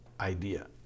idea